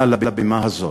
מעל הבמה הזאת.